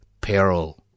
peril